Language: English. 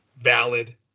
valid